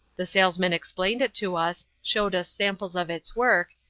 the salesman explained it to us, showed us samples of its work,